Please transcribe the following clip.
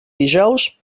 dijous